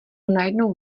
najednou